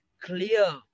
clear